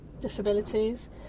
disabilities